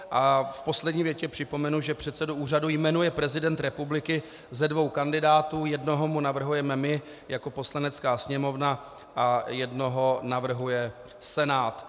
A v poslední větě připomenu, že předsedu úřadu jmenuje prezident republiky ze dvou kandidátů, jednoho mu navrhujeme my jako Poslanecká sněmovna a jednoho navrhuje Senát.